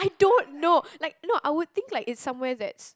I don't know like no I would think like it's somewhere that's